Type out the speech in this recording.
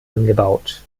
angebaut